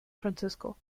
francisco